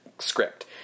script